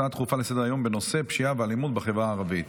הצעה דחופה לסדר-היום בנושא פשיעה ואלימות בחברה הערבית.